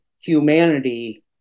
humanity